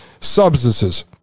substances